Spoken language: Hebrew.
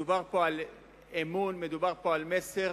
מדובר פה על אמון, מדובר פה על מסר.